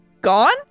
gone